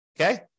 Okay